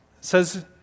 says